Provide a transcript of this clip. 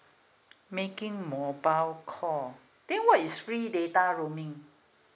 making mobile call then what is free data roaming